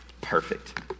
perfect